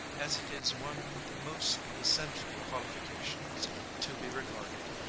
as it is one of the most essential qualifications to be regarded,